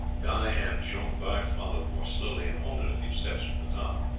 guy and jean bart followed more slowly, and halted a few steps from the top.